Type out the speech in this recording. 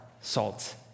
salt